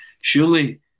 surely